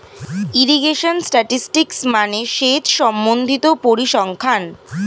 irrigation statistics মানে সেচ সম্বন্ধিত পরিসংখ্যান